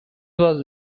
was